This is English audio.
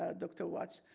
ah dr. walts,